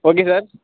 okay sir